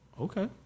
Okay